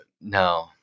No